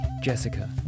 Jessica